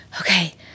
okay